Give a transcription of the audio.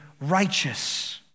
righteous